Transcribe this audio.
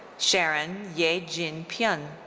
sharon yae jin pyun.